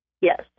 Yes